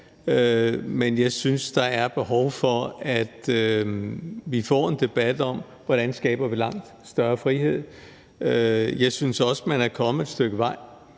men jeg synes, der er behov for, at vi får en debat om, hvordan vi skaber langt større frihed. Jeg synes også, man er kommet et stykke vej.